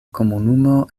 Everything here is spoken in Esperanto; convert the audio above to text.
komunumo